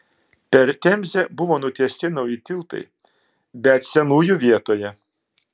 per temzę buvo nutiesti nauji tiltai bet senųjų vietoje